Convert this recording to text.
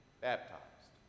baptized